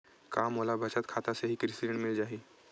का मोला बचत खाता से ही कृषि ऋण मिल जाहि?